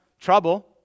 trouble